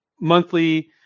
monthly